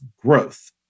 growth